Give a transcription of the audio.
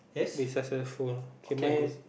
be successful K mine is